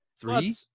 Three